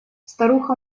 старуха